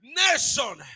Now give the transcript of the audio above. nation